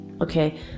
Okay